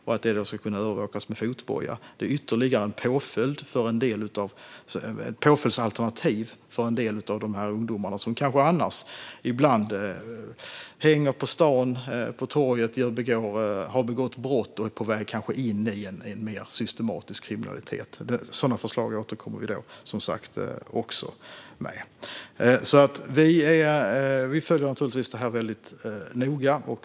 Detta ska kunna övervakas med fotboja och är ytterligare ett påföljdsalternativ för en del av dessa ungdomar som annars kanske hänger på stan, begår brott och är på väg in i en mer systematisk kriminalitet. Sådana förslag återkommer vi som sagt också med. Vi följer naturligtvis detta väldigt noga.